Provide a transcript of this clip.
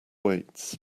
weights